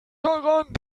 daran